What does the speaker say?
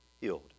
healed